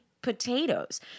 Potatoes